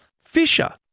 Fisher